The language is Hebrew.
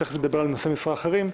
ותכף נדבר על נושאי משרה אחרים,